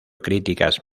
críticas